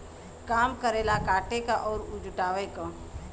काम करेला काटे क अउर जुटावे क